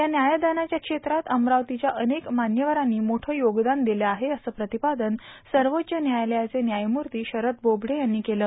या व्यायदानाच्या क्षेत्रात अमरावतीच्या अनेक मान्यवरांनी मोठं योगदान दिलं आहे असं प्रतिपादन सर्वोच्च व्यायालयाचे व्यायमूर्ती शरद बोबडे यांनी केलं